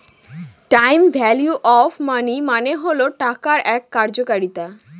time value of money মানে হল টাকার এক কার্যকারিতা